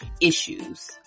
issues